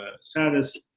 status